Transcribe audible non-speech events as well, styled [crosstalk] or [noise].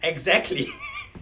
exactly [laughs]